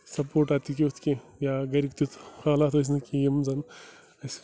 سَپوٹا تہِ تیُتھ کیٚنٛہہ یا گَرِکۍ تیُتھ حالات ٲسۍ نہٕ کہِ یِم زَن اَسہِ